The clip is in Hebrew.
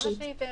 תוותרי את.